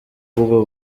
ubwo